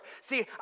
See